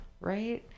Right